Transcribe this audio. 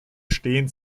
stehen